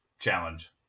challenge